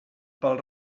pel